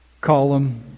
column